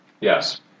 Yes